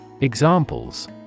Examples